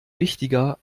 wichtiger